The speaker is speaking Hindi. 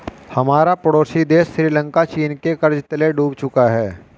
हमारा पड़ोसी देश श्रीलंका चीन के कर्ज तले डूब चुका है